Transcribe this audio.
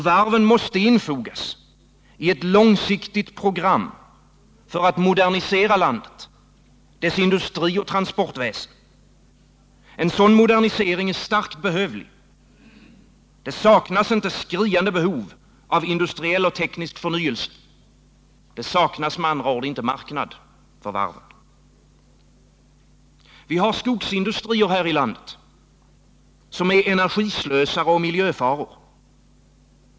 Varven måste infogas i ett långsiktigt program för att modernisera landet, dess industri och transportväsen. En sådan modernisering är starkt behövlig. Det finns ett skriande behov av industriell och teknisk förnyelse. Det saknas med andra ord inte marknad för varven. Vi har skogsindustrier här i landet, som är energislösare och miljöfaror.